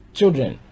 children